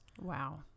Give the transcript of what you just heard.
Wow